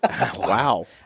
Wow